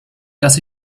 dass